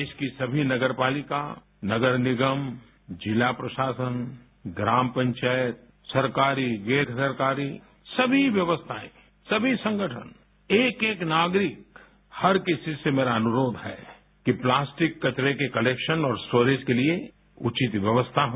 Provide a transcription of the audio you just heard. देश की सभी नगरपालिका नगरनिगम जिला प्रशासन ग्राम पंचायत सरकारी गैरसरकारी सभी व्यवस्थाएँ सभी संगठन एक एक नागरिक हर किसी से मेरा अनुरोध है कि प्लास्टिक कचरे के क्लेकशन और स्टोरेज के लिए उचित व्यवस्था हो